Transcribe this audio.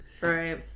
Right